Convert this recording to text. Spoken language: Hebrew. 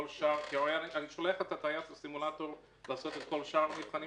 אני שולח את הטייס לסימולטור לעשות את כל שאר המבחנים